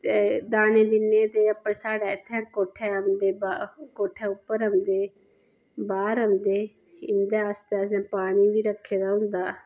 ते दाने बी दिन्ने ते अपने साढ़े इत्थै कोठे उप्पर ओंदे बाह्र औंदे इं'दे आस्तै असें पानी बी रक्खे दा होंदा